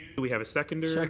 we have a seconder? like